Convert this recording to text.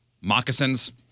Moccasins